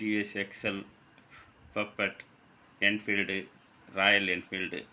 TVS XL பப்பட் Enfield royal Enfield